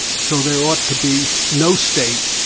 so there ought to be no state.